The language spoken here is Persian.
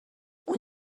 اون